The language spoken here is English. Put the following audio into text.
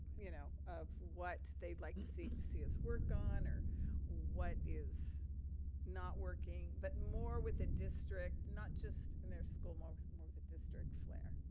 you know, of what they'd like to see to see us work on or what is not working but more with the district. not just in their school, more with more with the district flair.